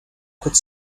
could